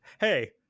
hey